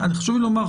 חשוב לי לומר,